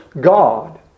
God